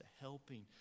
helping